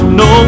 no